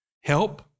Help